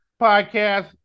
Podcast